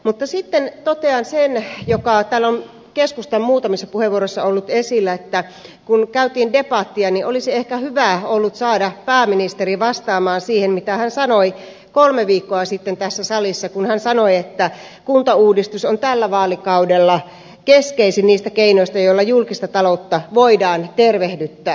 mutta sitten totean sen joka täällä on keskustan muutamissa puheenvuoroissa ollut esillä että kun käytiin debattia niin olisi ollut ehkä hyvä saada pääministeri vastaamaan siihen mitä hän sanoi kolme viikkoa sitten tässä salissa että kuntauudistus on tällä vaalikaudella keskeisin niistä keinoista jolla julkista taloutta voidaan tervehdyttää